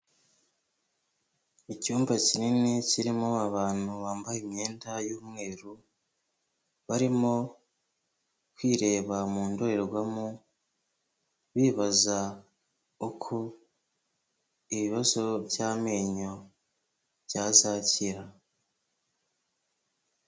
Icyumba kinini kirimo abantu bambaye imyenda y'umweru, barimo kwireba mu ndorerwamo, bibaza uko ibibazo by'amenyo byazakira.